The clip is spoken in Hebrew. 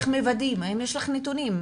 האם יש לך נתונים?